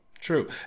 True